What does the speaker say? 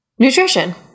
Nutrition